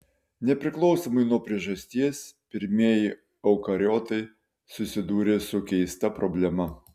nepriklausomai nuo priežasties pirmieji eukariotai susidūrė su keista problema